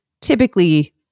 typically